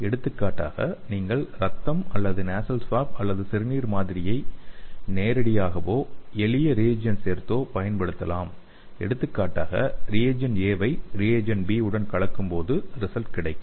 எடுத்துக்காட்டாக நீங்கள் இரத்தம் அல்லது நேசல் ஸ்வாப் அல்லது சிறுநீர் மாதிரியை நேரடியாகவோ எளிய ரியேஜென்ட் சேர்த்தோ பயன்படுத்தலாம் எடுத்துக்காட்டாக ரியேஜென்ட் A ஐ ரியேஜென்ட் B உடன் கலக்கும் போது ரிசல்ட் கிடைக்கும்